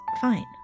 Fine